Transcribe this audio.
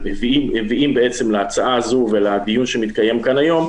שמביאים בעצם להצעה הזו ולדיון שמתקיים כאן היום,